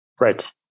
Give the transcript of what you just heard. Right